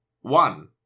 One